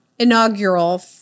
inaugural